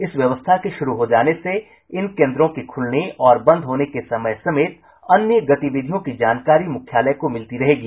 इस व्यवस्था के शुरू हो जाने से इन केंद्रों के खुलने और बंद होने के समय समेत अन्य गतिविधियों की जानकारी मुख्यालय को मिलती रहेगी